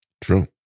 True